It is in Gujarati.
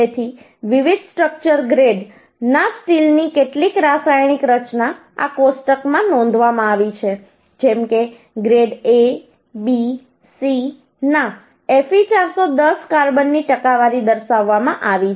તેથી વિવિધ સ્ટ્રક્ચર ગ્રેડ grade કક્ષા ના સ્ટીલની કેટલીક રાસાયણિક રચના આ કોષ્ટકમાં નોંધવામાં આવી છે જેમ કે ગ્રેડ A B C ના Fe410 કાર્બનની ટકાવારી દર્શાવવામાં આવી છે